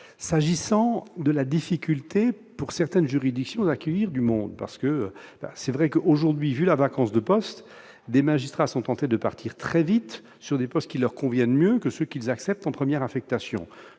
S'agissant de la difficulté, pour certaines juridictions, d'accueillir du monde, il est vrai que, aujourd'hui, la vacance des postes est telle que des magistrats sont tentés de partir très vite vers des emplois qui leur conviennent mieux que ce qu'ils acceptent en première affectation.